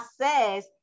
says